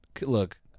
look